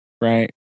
right